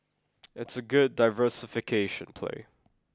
it's a good diversification play